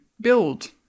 build